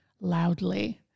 loudly